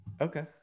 Okay